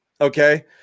Okay